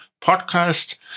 podcast